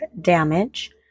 damage